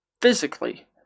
physically